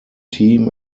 team